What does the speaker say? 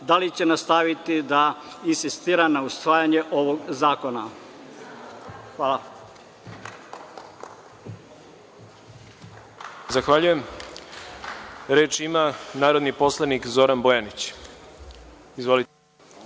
da li će nastaviti da insistira na usvajanju ovog zakona. Hvala.